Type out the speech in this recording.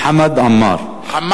חמד עמֶאר, חבר הכנסת בן-סימון אחריו.